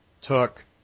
took